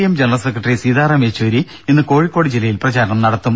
M general secretary Sitaram Yechury ഇന്ന് കോഴിക്കോട് ജില്ലയിൽ പ്രചാരണം നടത്തും